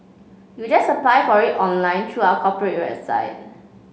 you just apply for it online through our corporate website